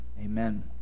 Amen